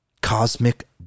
cosmic